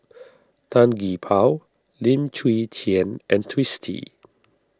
Tan Gee Paw Lim Chwee Chian and Twisstii